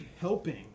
helping